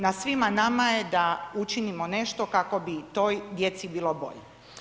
Na svima nama je da učinimo nešto kako bi toj djeci bilo bolje.